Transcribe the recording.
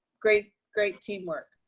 great great teamwork.